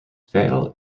fatal